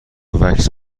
وکس